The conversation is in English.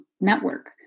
network